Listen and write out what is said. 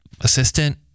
assistant